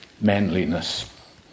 manliness